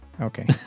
Okay